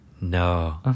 No